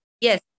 Yes